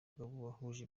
kw’abahuje